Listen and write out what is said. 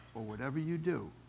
or whatever you do,